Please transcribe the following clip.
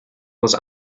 was